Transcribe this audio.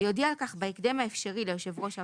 יודיע על כך בהקדם האפשרי ליושב ראש הוועדה,